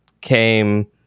came